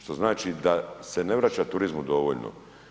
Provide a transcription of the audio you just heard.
Što znači da se ne vraća turizmu dovoljno.